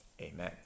Amen